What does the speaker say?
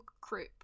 group